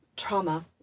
Trauma